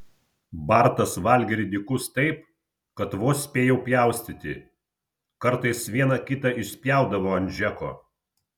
bartas valgė ridikus taip kad vos spėjau pjaustyti kartais vieną kitą išspjaudavo ant džeko